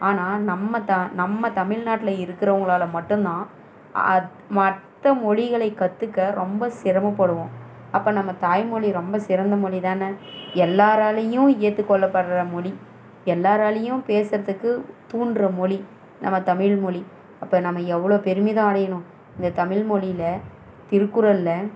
ஆனால் நம்ம த நம்ம தமிழ்நாட்டில் இருக்கிறவங்களால மட்டுந்தான் அத் மற்ற மொழிகளை கற்றுக்க ரொம்ப சிரமப்படுவோம் அப்போ நம்ம தாய்மொழி ரொம்ப சிறந்த மொழிதானே எல்லாராலேயும் ஏற்றுக்கொள்ளபடுற மொழி எல்லாராலேயும் பேசுகிறதுக்கு தூண்டுற மொழி நம்ம தமிழ்மொழி அப்போ நம்ம எவ்வளோ பெருமிதம் அடையணும் இந்த தமிழ்மொழியில் திருக்குறளில்